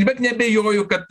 bet neabejoju kad